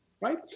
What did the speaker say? Right